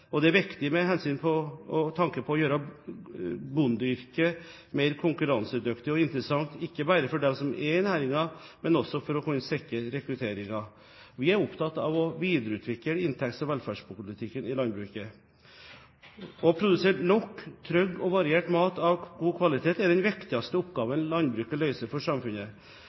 er viktig med tanke på å gjøre bondeyrket mer konkurransedyktig og interessant, ikke bare for dem som er i næringen, men også for å kunne sikre rekrutteringen. Vi er opptatt av å videreutvikle inntekts- og velferdspolitikken i landbruket. Å produsere nok, trygg og variert mat av god kvalitet er den viktigste oppgaven landbruket løser for samfunnet.